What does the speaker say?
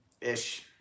Ish